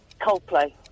Coldplay